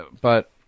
but-